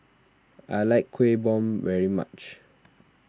I like Kuih Bom very much